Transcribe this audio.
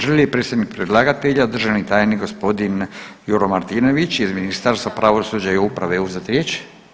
Želi li predsjednik predlagatelja državni tajnik gospodin Juto Martinović iz Ministarstva pravosuđa i uprave uzeti riječ?